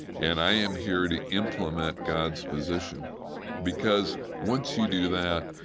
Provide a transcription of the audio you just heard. and i am here to implement god's position because once you do that,